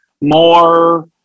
more